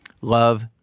love